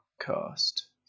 cast